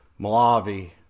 Malavi